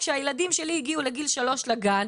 כשהילדים שלי הגיע לגיל 3 לגן,